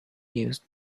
used